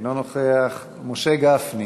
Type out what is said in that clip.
אינו נוכח, משה גפני,